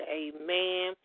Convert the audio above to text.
amen